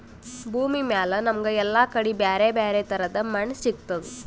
ಭೂಮಿಮ್ಯಾಲ್ ನಮ್ಗ್ ಎಲ್ಲಾ ಕಡಿ ಬ್ಯಾರೆ ಬ್ಯಾರೆ ತರದ್ ಮಣ್ಣ್ ಸಿಗ್ತದ್